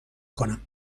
کنم